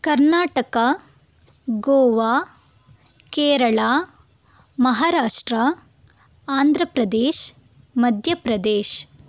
Karnataka Goa Kerala Maharashtra Andhra Pradesh Madhya Pradesh